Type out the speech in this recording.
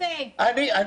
תגיד את זה.